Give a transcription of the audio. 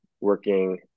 working